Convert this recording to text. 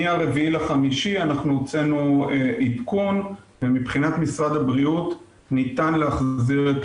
מה-4 במאי אנחנו הוצאנו עדכון ומבחינת משרד הבריאות ניתן להחזיר את